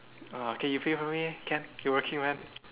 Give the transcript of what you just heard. !wah! k you pay for me eh can you working man